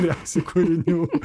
geriausių kūrinių